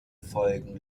folgen